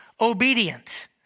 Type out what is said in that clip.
obedient